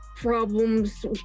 problems